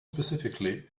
specifically